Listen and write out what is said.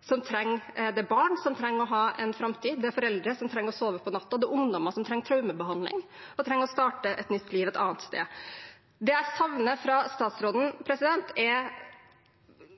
som trenger hjelp. Det er barn som trenger å ha en framtid, det er foreldre som trenger å sove på natta, og det er ungdommer som trenger traumebehandling og trenger å starte et nytt liv et annet sted. Det jeg savner fra statsråden, er i